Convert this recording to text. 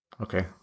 Okay